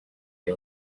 ari